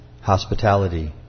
hospitality